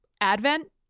Advent